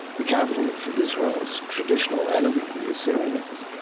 the capital of israel's traditional enemy, the assyrians.